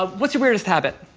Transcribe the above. ah what's your weirdest habit?